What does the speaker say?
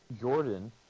Jordan